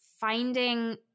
finding